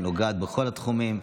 את נוגעת בכל התחומים.